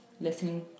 listening